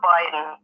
Biden